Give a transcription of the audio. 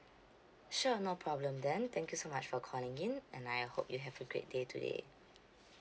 sure no problem then thank you so much for calling in and I hope you have a great day today